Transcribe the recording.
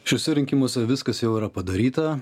šiuose rinkimuose viskas jau yra padaryta